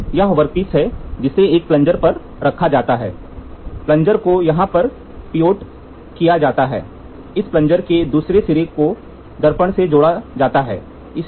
तो यह वर्कपीस है जिसे एक प्लंजर पर रखा जाता है प्लंजर को यहाँ पर पायवोटेड किया जाता है इस प्लंजर के दूसरे सिरे को दर्पण से जोड़ा जाता है